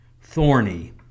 thorny